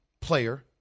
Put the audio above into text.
player